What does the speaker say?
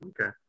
Okay